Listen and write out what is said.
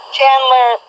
Chandler